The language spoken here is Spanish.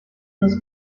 los